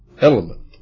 element